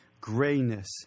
grayness